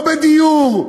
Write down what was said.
לא בדיור,